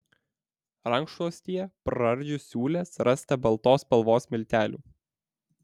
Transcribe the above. rankšluostyje praardžius siūles rasta baltos spalvos miltelių